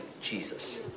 Jesus